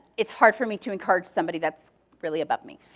it's hard for me to encourage somebody that's really above me.